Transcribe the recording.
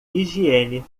higiene